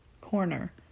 corner